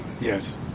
Yes